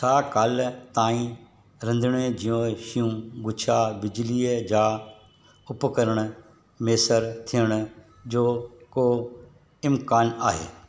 छा काल्ह ताईं रंधिणे जूं शयूं गुच्छा बिजलीअ जा उपकरण मुयसरु थियण जो को इम्कानु आहे